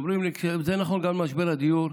זה נכון גם למשבר הדיור.